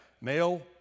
male